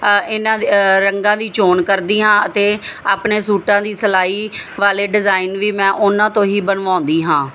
ਇਹਨਾਂ ਦੇ ਰੰਗਾਂ ਦੀ ਚੋਣ ਕਰਦੀ ਹਾਂ ਅਤੇ ਆਪਣੇ ਸੂਟਾਂ ਦੀ ਸਿਲਾਈ ਵਾਲੇ ਡਿਜ਼ਾਇਨ ਵੀ ਮੈਂ ਉਹਨਾਂ ਤੋਂ ਹੀ ਬਣਵਾਉਂਦੀ ਹਾਂ